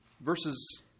Verses